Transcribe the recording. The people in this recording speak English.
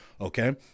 okay